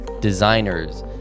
designers